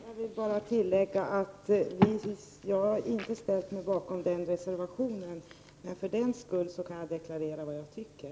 Fru talman! Jag vill bara tillägga att jag inte har ställt mig bakom den reservationen, men jag kan för den skull deklarera vad jag tycker.